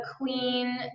queen